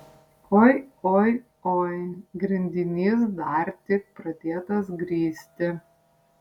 oi oi oi grindinys dar tik pradėtas grįsti